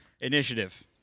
Initiative